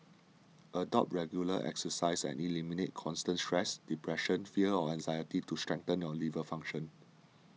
adopt regular exercise and eliminate constant stress depression fear or anxiety to strengthen your liver function